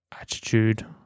attitude